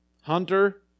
Hunter